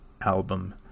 album